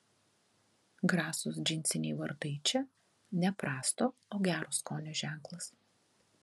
grasūs džinsiniai vardai čia ne prasto o gero skonio ženklas